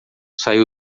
saiu